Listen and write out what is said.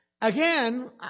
Again